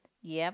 yup